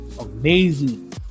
amazing